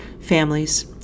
families